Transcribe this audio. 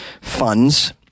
funds